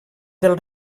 del